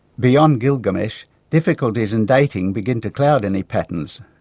beyond gilgamesh difficulties in dating begin to cloud any patterns,